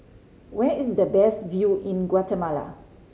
where is the best view in Guatemala